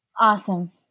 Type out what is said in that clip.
Awesome